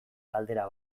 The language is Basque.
galdera